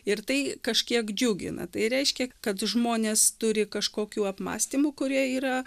ir tai kažkiek džiugina tai reiškia kad žmonės turi kažkokių apmąstymų kurie yra